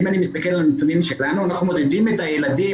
אם אני מסתכל על הנתונים שלנו אנחנו מודדים את הילדים